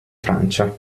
francia